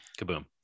Kaboom